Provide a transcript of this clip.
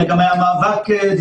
אלא היה גם מאבק דיפלומטי.